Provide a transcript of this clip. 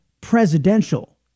presidential